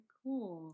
cool